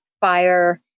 fire